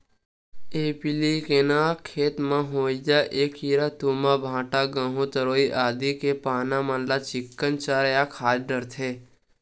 एपीलेकना खेत म होवइया ऐ कीरा तुमा, भांटा, गहूँ, तरोई आदि के पाना मन ल चिक्कन चर या खा डरथे